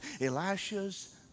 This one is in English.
Elisha's